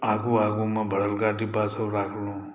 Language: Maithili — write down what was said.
आगू आगूमे भरलका डिब्बासभ राखलहुँ